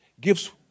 gives